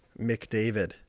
McDavid